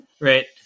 Right